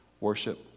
Worship